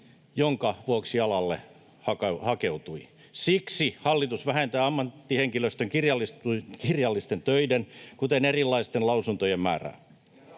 jonka vuoksi alalle hakeutui. Siksi hallitus vähentää ammattihenkilöstön kirjallisten töiden, kuten erilaisten lausuntojen, määrää.